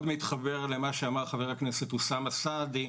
מתחבר למה שאמר חבר הכנסת אוסאמה סעדי.